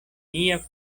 nia